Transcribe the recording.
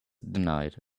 denied